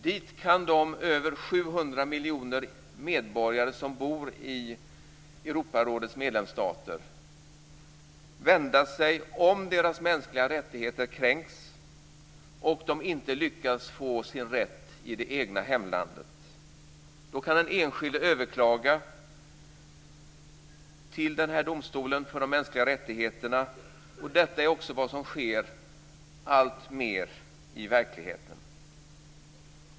Dit kan de över 700 miljoner medborgare som bor i Europarådets medlemsstater vända sig om deras mänskliga rättigheter kränks och de inte lyckas få sin rätt i det egna hemlandet. Då kan den enskilde överklaga till domstolen för de mänskliga rättigheterna. Detta är också vad som sker alltmer i verkligheten.